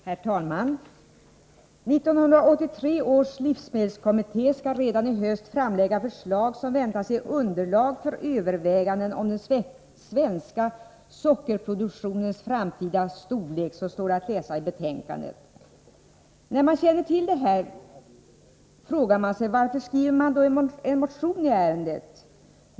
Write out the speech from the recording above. Herr talman! 1983 års livsmedelskommitté skall redan i höst framlägga förslag som väntas ge underlag för överväganden om den svenska sockerproduktionens framtida storlek. Så står det att läsa i betänkandet. När man känner till detta, varför skriver man då en motion i ärendet?